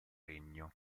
regno